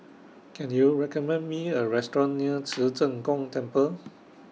Can YOU recommend Me A Restaurant near Ci Zheng Gong Temple